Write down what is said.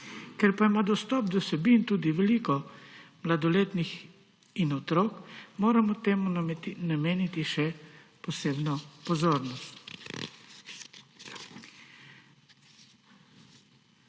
Ker pa ima dostop do vsebin tudi veliko mladoletnih in otrok, moramo temu nameniti še posebno pozornost.